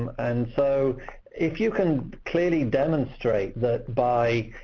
and so if you can clearly demonstrate that by